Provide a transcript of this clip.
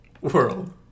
world